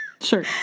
Sure